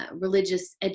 religious